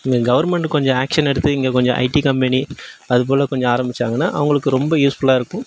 இங்கே கவுர்மெண்ட் கொஞ்சம் ஆக்ஷன் எடுத்து இங்கே கொஞ்சம் ஐடி கம்பெனி அதுபோல் கொஞ்சம் ஆரமிச்சாங்கன்னா அவங்களுக்கு ரொம்ப யூஸ்ஃபுல்லாக இருக்கும்